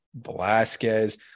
Velasquez